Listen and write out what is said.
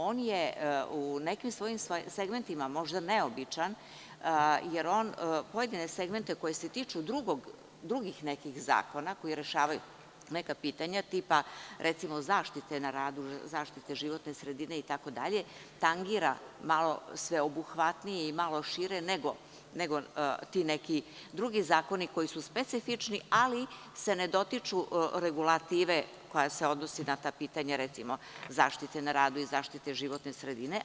On je u nekim svojim segmentima možda neobičan, jer on pojedine segmente koji se tiču drugih nekih zakona koji rešavaju neka druga pitanja, tipa, zaštite na radu, zaštite životne sredine, tangira malo sveobuhvatnije, malo šire nego neki drugi zakoni koji su specifični, ali se ne dotiču regulative koja se odnosi na ta pitanja, npr. zaštite na radu ili zaštite životne sredine.